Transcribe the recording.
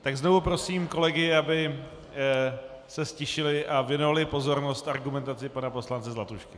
Tak znovu prosím kolegy, aby se ztišili a věnovali pozornost argumentaci pana poslance Zlatušky.